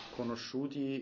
conosciuti